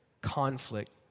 conflict